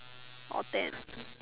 or ten